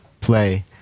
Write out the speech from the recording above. play